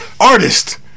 artist